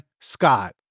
Scott